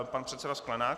Pan předseda Sklenák.